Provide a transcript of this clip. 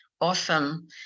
awesome